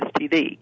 STD